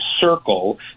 circle